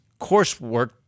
coursework